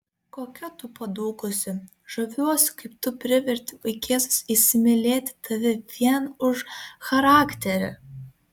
kokia tu padūkusi žaviuosi kaip tu priverti vaikėzus įsimylėti tave vien už charakterį